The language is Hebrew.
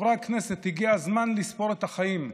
חברי הכנסת, הגיע הזמן לספור את החיים.